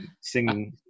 singing